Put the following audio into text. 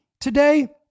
today